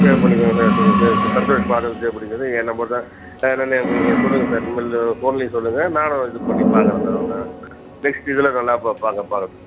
save பண்ணிக்கங்க sir கொஞ்சம் save Santosh ஃபாதர்னு சேவ் பண்ணிக்கங்க ஏ நம்பர் தான் எதாதுனா எனக்கு நீங்கள் சொல்லுங்கள் சார் இனிமேல் ஃபோன்ல சொல்லுங்கள் நான் இது பண்ணி பார்க்குறேன் சார் அவனை நெக்ஸ்ட்டு இதில் நல்லா பா பண்ண பார்க்குறேன்